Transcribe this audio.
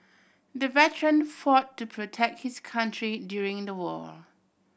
the veteran fought to protect his country during the war